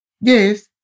Yes